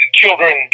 children